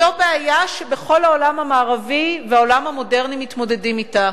זו בעיה שבכל העולם המערבי והעולם המודרני מתמודדים אתה.